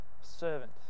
Servant